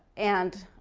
and